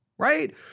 right